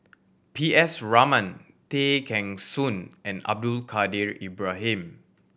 P S Raman Tay Kheng Soon and Abdul Kadir Ibrahim